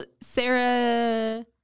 Sarah